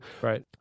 Right